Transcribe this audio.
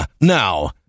Now